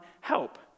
help